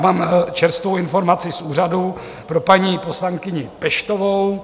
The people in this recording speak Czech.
Mám čerstvou informaci z úřadu pro paní poslankyni Peštovou.